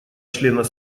членов